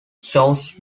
shows